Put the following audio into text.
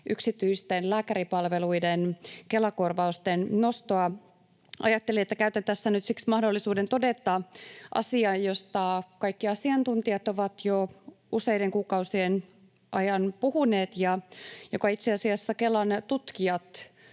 yksityisten lääkäripalveluiden Kela-korvausten nostoa. Ajattelin, että käytän tässä nyt siksi mahdollisuuden todeta asian, josta kaikki asiantuntijat ovat jo useiden kuukausien ajan puhuneet ja jonka itse asiassa Kelan tutkijat